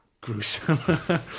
gruesome